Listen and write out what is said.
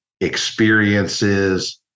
experiences